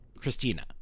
Christina